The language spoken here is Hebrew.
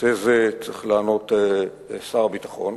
נושא זה צריך לענות שר הביטחון.